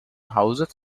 houses